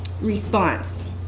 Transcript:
response